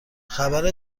خبر